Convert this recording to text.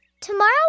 tomorrow